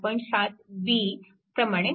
7 b प्रमाणे बनते